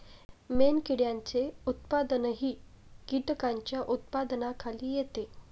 मेणकिड्यांचे उत्पादनही कीटकांच्या उत्पादनाखाली येते